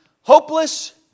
hopeless